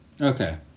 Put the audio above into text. okay